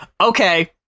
Okay